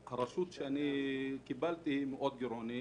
אנחנו עדיין רחוקים מתחבורה מסודרת.